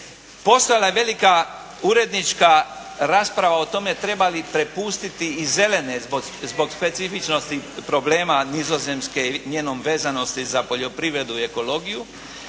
Postojala je velika urednička rasprava o tome treba li prepustiti i zelene zbog specifičnosti problema Nizozemske njenom vezanosti za poljoprivredu i ekologiju.